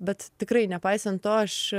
bet tikrai nepaisant to aš